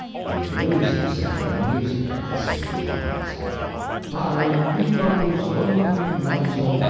he would lose himself in the music of the stately lines by nebo's lonely mountain,